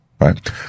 right